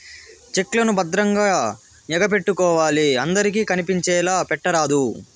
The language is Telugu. చెక్ లను భద్రంగా ఎగపెట్టుకోవాలి అందరికి కనిపించేలా పెట్టరాదు